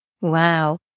Wow